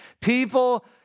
People